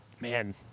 man